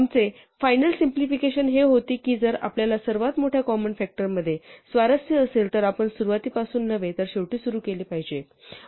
आमचे final simplification हे होते की जर आपल्याला सर्वात मोठ्या कॉमन फ़ॅक्टर मध्ये स्वारस्य असेल तर आपण सुरुवातीपासून नव्हे तर शेवटी सुरू केले पाहिजे